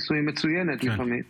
בעד, 13,